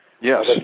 Yes